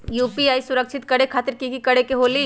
UPI सुरक्षित करे खातिर कि करे के होलि?